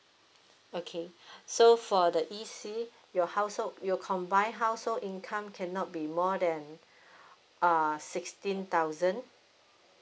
okay so for the E_C your household your combine household income cannot be more than err sixteen thousand